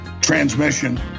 transmission